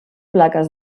plaques